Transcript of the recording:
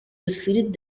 defeated